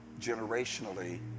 generationally